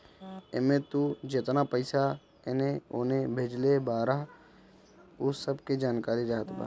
एमे तू जेतना पईसा एने ओने भेजले बारअ उ सब के जानकारी रहत बा